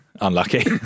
Unlucky